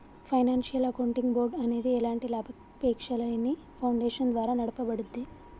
financial accounting board అనేది ఎలాంటి లాభాపేక్షలేని ఫౌండేషన్ ద్వారా నడపబడుద్ది